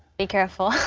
be careful.